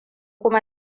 kuma